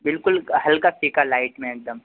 बिल्कुल हल्का फीका लाइट में एक दम